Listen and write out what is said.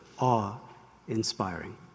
awe-inspiring